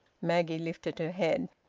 maggie lifted her head.